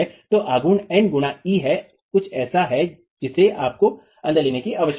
तो आघूर्ण N गुणा e है कुछ ऐसा है जिसे आपको अंदर लाने की आवश्यकता है